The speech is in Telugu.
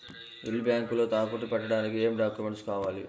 ఇల్లు బ్యాంకులో తాకట్టు పెట్టడానికి ఏమి డాక్యూమెంట్స్ కావాలి?